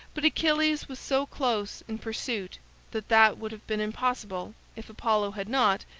but achilles was so close in pursuit that that would have been impossible if apollo had not,